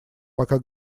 пока